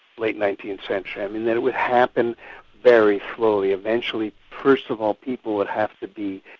late nineteenth century, i mean it would happen very slowly, eventually first of all people would have to be,